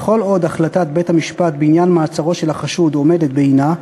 וכל עוד החלטת בית-המשפט בעניין מעצרו של החשוד עומדת בעינה,